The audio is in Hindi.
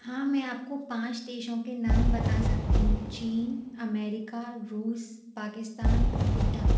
हाँ मैं आप को पाँच देशों के नाम बता सकती हूँ चीन अमेरिका रूस पाकिस्तान और भूटान